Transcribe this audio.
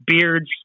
beards